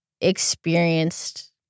experienced